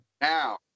now